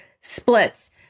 splits